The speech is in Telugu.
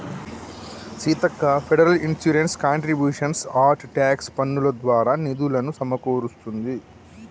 Seethakka federal insurance contributions act tax పన్నులు దారా నిధులులు సమకూరుస్తుంది